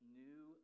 new